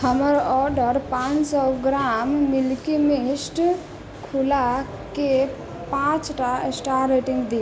हमर ऑर्डर पान सए ग्राम मिल्की मिस्ट खुलाके पाँच टा स्टार रेटिंग दियौ